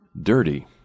Dirty